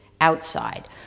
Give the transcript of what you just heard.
outside